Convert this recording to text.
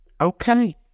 okay